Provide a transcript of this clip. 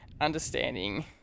understanding